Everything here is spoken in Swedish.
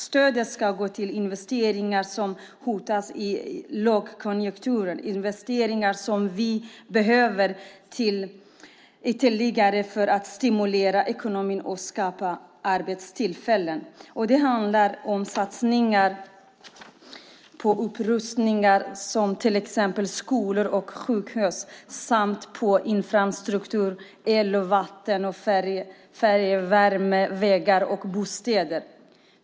Stödet ska gå till investeringar som hotas i lågkonjunkturen, investeringar som vi behöver för att ytterligare stimulera ekonomin och skapa arbetstillfällen. Det handlar om satsningar och upprustningar av till exempel skolor och sjukhus samt infrastruktur, el, vatten, fjärrvärme, vägar och bostäder.